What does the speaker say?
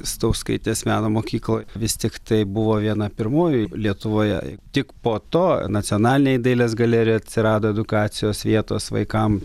stauskaitės meno mokykla vis tiktai buvo viena pirmoji lietuvoje tik po to nacionalinėj dailės galerijoj atsirado edukacijos vietos vaikam